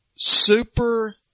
super